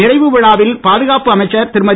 நிறைவு விழாவில் பாதுகாப்பு அமைச்சர் திருமதி